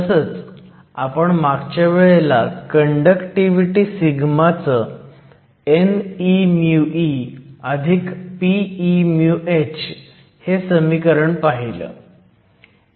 तसंच आपण मागच्या वेळेला कंडक्टिव्हिटी सिग्माचं n e μe p e μh हे समीकरण पाहिलं